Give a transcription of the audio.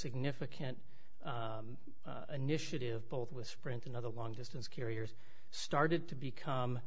significant initiative both with sprint another long distance carriers started to become